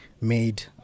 made